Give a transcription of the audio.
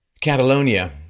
Catalonia